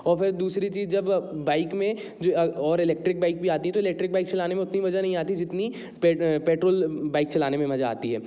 और फिर दूसरी चीज जब बाइक में जो और इलेक्ट्रिक बाइक भी आती है और इलेक्ट्रिक बाइक चलाने में उतनी मजा नहीं आती जितनी पेट्रोल बाइक चलाने में मजा आती है